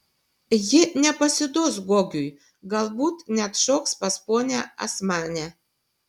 ji nepasiduos gogiui galbūt net šoks pas ponią asmanę